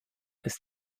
ist